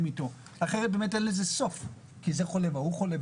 אתו כי אחרת באמת אין לזה סוף כי זה חולה וההוא חולה.